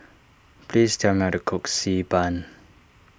please tell me how to cook Xi Ban